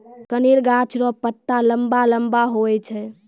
कनेर गाछ रो पत्ता लम्बा लम्बा हुवै छै